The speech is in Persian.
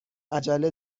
عجله